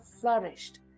flourished